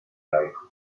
jajko